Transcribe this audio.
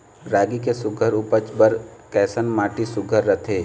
रागी के सुघ्घर उपज बर कैसन माटी सुघ्घर रथे?